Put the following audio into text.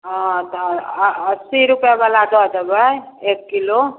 हँ तऽ अस्सी रुपैएवला दऽ देबै एक किलो